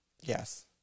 Yes